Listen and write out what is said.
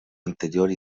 anterior